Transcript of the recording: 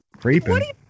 Creeping